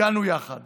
הגענו יחד